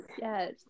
Yes